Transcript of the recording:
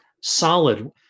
solid